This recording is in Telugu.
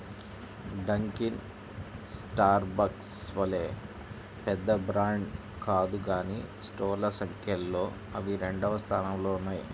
డంకిన్ స్టార్బక్స్ వలె పెద్ద బ్రాండ్ కాదు కానీ స్టోర్ల సంఖ్యలో అవి రెండవ స్థానంలో ఉన్నాయి